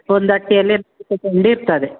ಒಂದು ಅಟ್ಟಿಯಲ್ಲಿ ನಾಲ್ಕು ಚೆಂಡು ಇರ್ತದೆ